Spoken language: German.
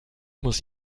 muss